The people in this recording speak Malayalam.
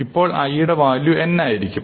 അപ്പോൾ i യുടെ വാല്യൂ n ആയിരിക്കും